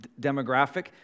demographic